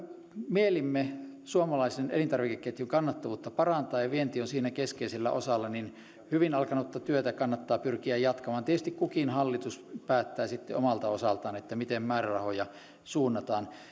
mielimme suomalaisen elintarvikeketjun kannattavuutta parantaa ja vienti on siinä keskeisellä osalla niin hyvin alkanutta työtä kannattaa pyrkiä jatkamaan tietysti kukin hallitus päättää sitten omalta osaltaan miten määrärahoja suunnataan